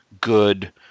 good